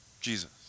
Jesus